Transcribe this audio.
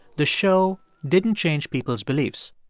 the show didn't change people's beliefs.